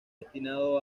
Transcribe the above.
destinado